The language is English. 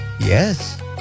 Yes